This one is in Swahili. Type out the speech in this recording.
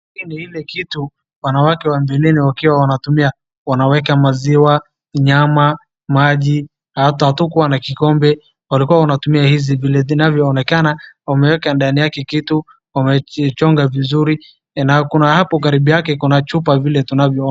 Hii ni ile kitu wanawake wa mbeleni wakiwa wanatumia. Wanaweka maziwa, nyama, maji .Hata hatukua na kikombe walikua wanatumia hizi. Vile zinavyoonekana wameweka ndani yake kitu wamekichonga vizuri. Na kuna hapo karibu yake kuna chupa vile tunavyoona.